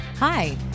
Hi